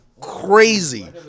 Crazy